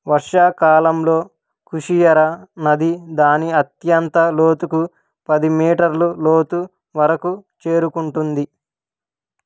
వర్షాకాలంలో కుషియరా నది దాని అత్యంత లోతుకు పది మీటర్లు లోతు వరకు చేరుకుంటుంది